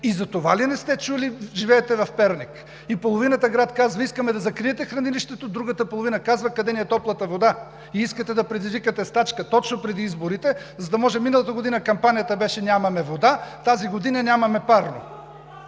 И за това ли не сте чули, а живеете в Перник? И половината град казва: „Искаме да закриете хранилището“, другата половина казва: „Къде ни е топлата вода?“ И искате да предизвикате стачка точно преди изборите, за да може... Миналата година кампанията беше: нямаме вода, тази година: нямаме парно!